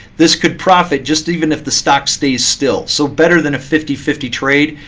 this could profit just even if the stock stays still. so better than a fifty fifty trade.